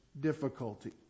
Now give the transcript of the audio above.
difficulty